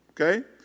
Okay